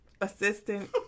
assistant